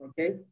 Okay